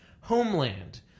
Homeland